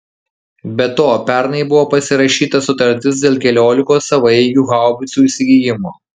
be to pernai buvo pasirašyta sutartis dėl keliolikos savaeigių haubicų įsigijimo